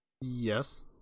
Yes